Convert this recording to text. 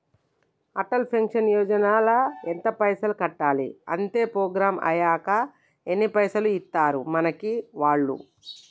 Atal pension Yojana ల ఎంత పైసల్ కట్టాలి? అత్తే ప్రోగ్రాం ఐనాక ఎన్ని పైసల్ ఇస్తరు మనకి వాళ్లు?